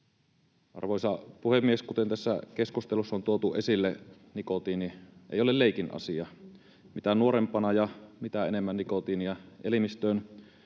Arvoisa puhemies! Kuten tässä keskustelussa on tuotu esille, nikotiini ei ole leikin asia. Mitä nuorempana ja mitä enemmän nikotiinia elimistöön